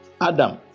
Adam